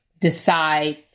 decide